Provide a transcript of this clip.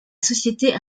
société